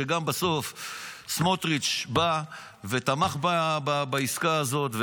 שגם בסוף סמוטריץ בא ותמך בעסקה הזאת,